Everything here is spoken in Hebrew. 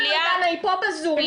היא פה בזום,